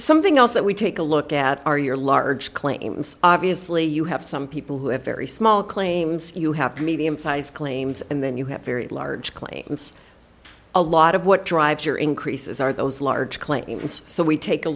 something else that we take a look at are your large claims obviously you have some people who have very small claims you have to medium size claims and then you have very large claims a lot of what drives your increases are those large claims so we take a